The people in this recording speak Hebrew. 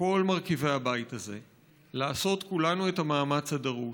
לכל מרכיבי הבית הזה לעשות כולנו את המאמץ הדרוש,